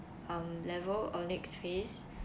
um level or next phase